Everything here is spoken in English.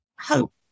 hope